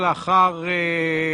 למיטב